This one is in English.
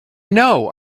know